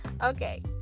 Okay